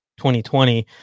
2020